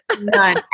none